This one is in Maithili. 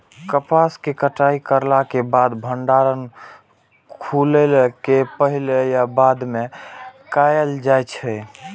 कपास के कटाई करला के बाद भंडारण सुखेला के पहले या बाद में कायल जाय छै?